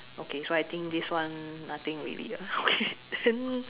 okay so I think this one nothing already okay then